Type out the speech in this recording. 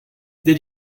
did